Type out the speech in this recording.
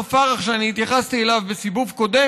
הפרשה הזאת היא הוכחה שיש פה אבסורד גדול בעדי